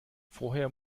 vorher